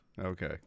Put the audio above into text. okay